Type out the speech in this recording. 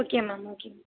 okay ma'am okay ma'am